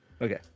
Okay